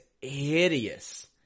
hideous